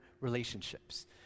relationships